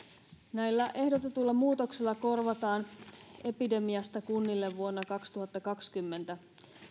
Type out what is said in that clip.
näillä ehdotetuilla muutoksilla korvataan epidemiasta kunnille vuonna kaksituhattakaksikymmentä